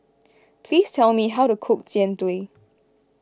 please tell me how to cook Jian Dui